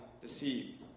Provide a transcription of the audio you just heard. deceived